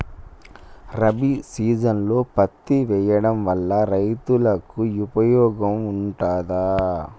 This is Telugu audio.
రబీ సీజన్లో పత్తి వేయడం వల్ల రైతులకు ఉపయోగం ఉంటదా?